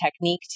technique